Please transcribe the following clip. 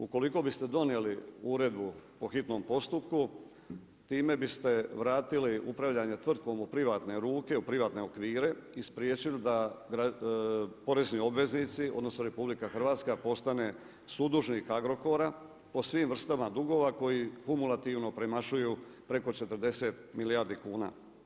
Ukoliko biste donijeli Uredbu o hitnom postupku, time biste vratili upravljanje tvrtkom u privatne ruke, u privatne okvire i spriječili da porezni obveznici, odnosno RH postane sudužnik Agrokora, po svim vrstama dugova koji kumulativno premašuju preko 40 milijardi kuna.